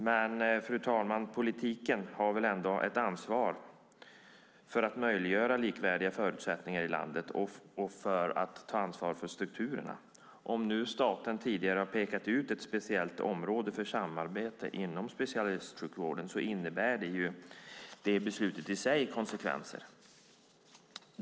Men politiken har väl ändå ett ansvar, fru talman, för att möjliggöra likvärdiga förutsättningar i landet och för att ta ansvar för strukturerna. Om nu staten tidigare har pekat ut ett speciellt område för samarbete inom specialistsjukvården innebär ju det beslutet i sig konsekvenser.